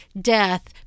death